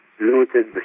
looted